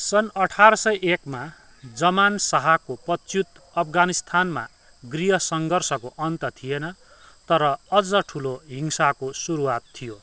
सन् अठार सय एकमा जमान शाहको पदच्युत अफगानिस्तानमा गृह सङ्घर्षको अन्त्य थिएन तर अझ ठुलो हिंसाको सुरुवात थियो